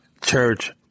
Church